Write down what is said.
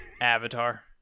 Avatar